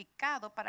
para